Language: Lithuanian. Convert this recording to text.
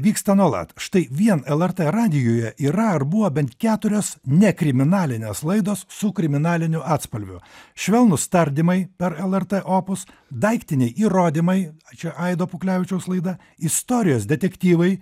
vyksta nuolat štai vien lrt radijuje yra ar buvo bent keturios nekriminalinės laidos su kriminaliniu atspalviu švelnūs tardymai per lrt opus daiktiniai įrodymai čia aido puklevičiaus laida istorijos detektyvai